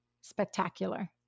spectacular